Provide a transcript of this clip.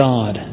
God